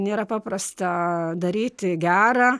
nėra paprasta daryti gera